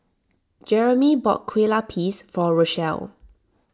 Jeremey bought Kue Lupis for Rochelle